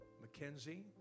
Mackenzie